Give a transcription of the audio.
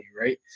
right